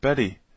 Betty